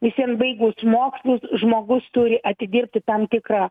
visiems baigus mokslus žmogus turi atidirbti tam tikrą